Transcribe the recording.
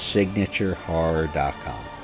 SignatureHorror.com